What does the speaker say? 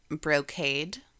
brocade